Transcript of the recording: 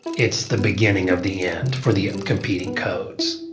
it's the beginning of the end for the competing codes